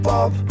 Bob